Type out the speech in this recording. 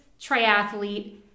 triathlete